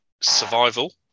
survival